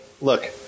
look